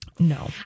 No